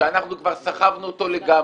שאנחנו כבר סחבנו אותו לגמרי,